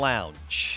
Lounge